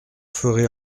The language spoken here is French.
ferez